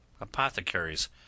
apothecaries